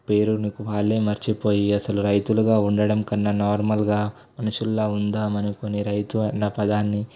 పేరుని వాళ్ళే మరిచిపోయి అసలు రైతులుగా ఉండటం కన్నా నార్మల్గా మనుషుల్లా ఉందాం అనుకుని రైతు అన్న పదాన్ని